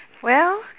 well